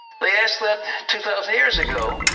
they asked that two thousand years ago.